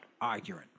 arguing